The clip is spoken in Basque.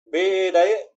bere